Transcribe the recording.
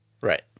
Right